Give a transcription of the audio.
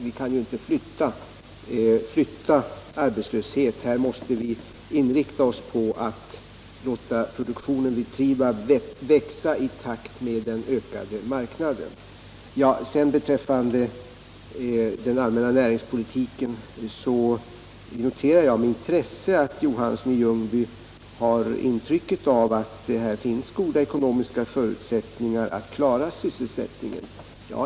Vi kan inte flytta arbetslösheten utan måste inrikta oss på att låta produktionen vid Trivab växa i takt med den ökande marknaden. Beträffande den allmänna näringspolitiken noterar jag med intresse att herr Johansson i Ljungby har intrycket att det finns goda ekonomiska förutsättningar att klara sysselsättningen.